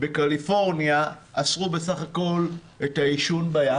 בקליפורניה אסרו בסך הכול את העישון בים,